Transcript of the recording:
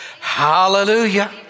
Hallelujah